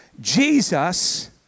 Jesus